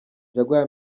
jaguar